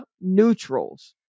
neutrals